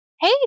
Hey